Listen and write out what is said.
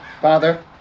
Father